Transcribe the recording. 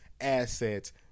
assets